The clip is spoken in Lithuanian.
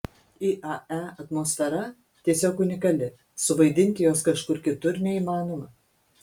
iae atmosfera tiesiog unikali suvaidinti jos kažkur kitur neįmanoma